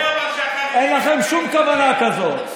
אין לכם שום כוונה כזאת.